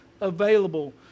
available